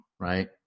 right